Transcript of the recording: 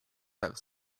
have